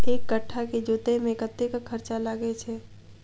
एक कट्ठा केँ जोतय मे कतेक खर्चा लागै छै?